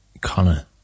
Connor